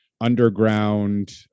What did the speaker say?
underground